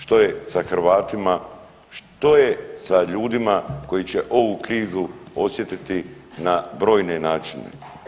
Što je sa Hrvatima, što je sa ljudima koji će ovu krizu osjetiti na brojne načine?